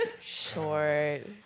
short